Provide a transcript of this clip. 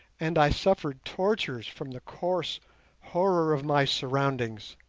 and i suffered tortures from the coarse horror of my surroundings.